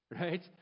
right